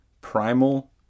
Primal